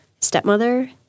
stepmother